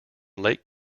lake